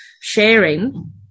sharing